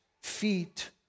feet